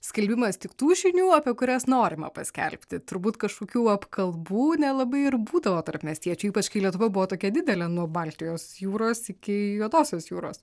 skelbimas tik tų žinių apie kurias norima paskelbti turbūt kažkokių apkalbų nelabai ir būdavo tarp miestiečių ypač kai lietuva buvo tokia didelė nuo baltijos jūros iki juodosios jūros